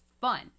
fun